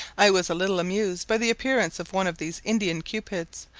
i was a little amused by the appearance of one of these indian cupids,